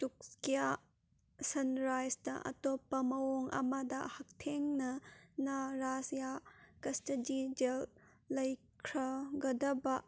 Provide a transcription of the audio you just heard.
ꯇꯨꯛꯁꯀꯤꯌꯥ ꯁꯟꯔꯥꯏꯁꯇ ꯑꯇꯣꯞꯄ ꯃꯑꯣꯡ ꯑꯃꯗ ꯍꯛꯊꯦꯡꯅꯅ ꯔꯥꯏꯖ꯭ꯌꯥ ꯀꯁꯇꯗꯤ ꯖꯦꯜ ꯂꯧꯈ꯭ꯔꯒꯗꯕ